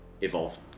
evolved